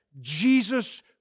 Jesus